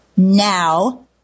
Now